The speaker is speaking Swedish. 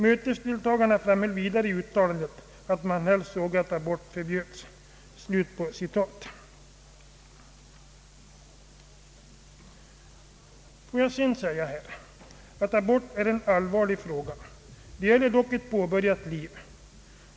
”Mötesdeltagarna framhöll vidare i uttalandet att man helst såge att abort förbjöds.” Abort är en allvarlig fråga— det gäller dock ett påbörjat liv.